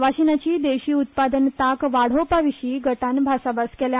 वाशिनाची देशी उत्पादन ताक वाढोवपाविशीं गटांन भासाभास केल्या